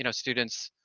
you know students